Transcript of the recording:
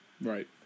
Right